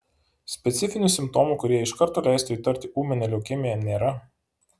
specifinių simptomų kurie iš karto leistų įtarti ūminę leukemiją nėra